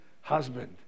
husband